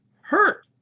hurt